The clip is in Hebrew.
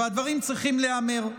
והדברים צריכים להיאמר.